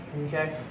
okay